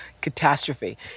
catastrophe